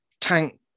tank